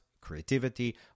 creativity